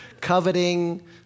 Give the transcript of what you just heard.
coveting